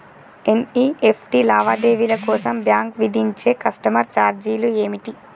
NEFT లావాదేవీల కోసం bank విధించే కస్టమర్ ఛార్జీలు ఏమిటి?